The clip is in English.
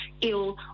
ill